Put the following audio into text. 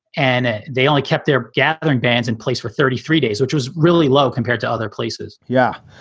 and they only kept their gathering bans in place for thirty three days, which was really low compared to other places yeah.